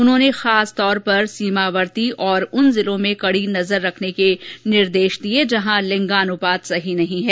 उन्होंने खासतौर पर सीमावर्ती और उन जिलों कडी नजर रखने के निर्देश दिए जहां लिंगानुपात सही नहीं है